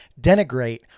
denigrate